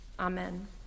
Amen